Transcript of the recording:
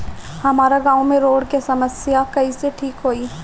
हमारा गाँव मे रोड के समस्या कइसे ठीक होई?